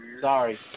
sorry